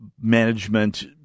management